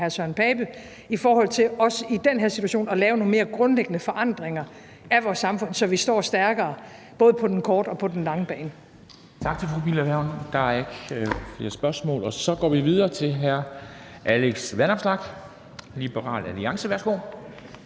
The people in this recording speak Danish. hr. Søren Pape Poulsen – i forhold til også i den her situation at lave nogle mere grundlæggende forandringer af vores samfund, så vi står stærkere. Både på den korte og på den lange bane.